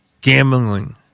gambling